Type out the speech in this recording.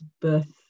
birth